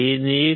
gain 1